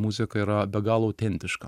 muzika yra be galo autentiška